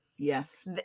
Yes